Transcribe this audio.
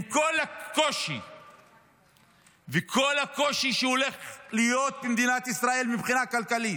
עם כל הקושי שהולך להיות במדינת ישראל מבחינה כלכלית,